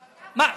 אבל גפני,